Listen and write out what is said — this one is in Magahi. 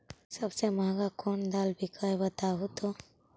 सबसे महंगा कोन दाल बिक है बताहु तो?